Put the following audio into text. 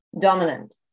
dominant